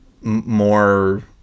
more